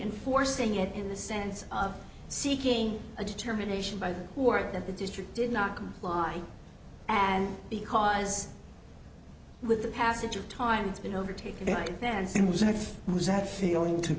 enforcing it in the sense of seeking a determination by the board that the district did not comply and because with the passage of time it's been overtaken by dancing was if it was that feeling to